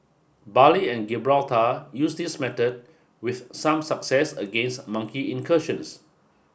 Bali and Gibraltar used this method with some success against monkey incursions